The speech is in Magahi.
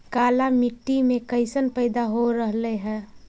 काला मिट्टी मे कैसन पैदा हो रहले है?